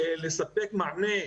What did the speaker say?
לספק מענה,